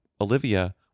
olivia